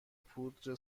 پودر